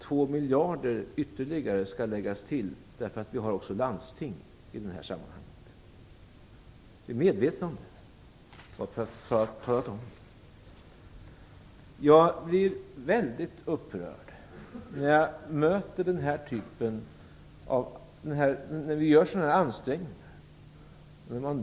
2 miljarder ytterligare skall läggas till, eftersom vi också har landsting i det här sammanhanget. Vi är medvetna om det. Vi gör sådana här ansträngningar i detta krisläge.